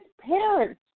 parents